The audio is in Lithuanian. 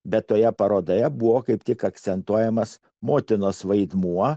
bet toje parodoje buvo kaip tik akcentuojamas motinos vaidmuo